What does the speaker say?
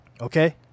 Okay